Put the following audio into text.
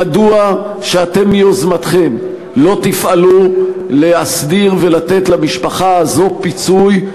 מדוע שאתם מיוזמתכם לא תפעלו להסדיר ולתת למשפחה הזו פיצוי,